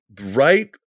right